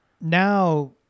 now